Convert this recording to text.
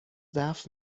ضعف